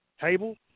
Table